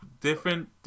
different